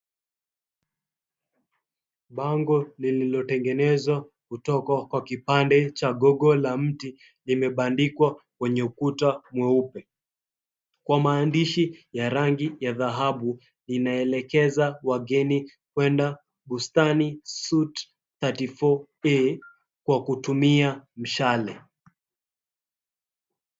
Bango kilichotengenezwa katika gogo la mti limebandikwa kwenye ukuta mweupe kwa maandishi ya rangi ya dhahabu imeelekeza wageni kwenda Bustani Suite 34A na kutumia mshale.